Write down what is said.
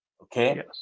okay